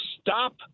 stop